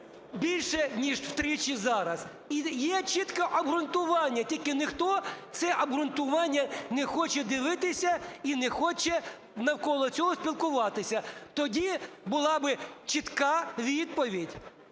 більше ніж втричі зараз. І є чітке обґрунтування, тільки ніхто це обґрунтування не хоче дивитися і не хоче навколо цього спілкуватися. Тоді була б чітка відповідь,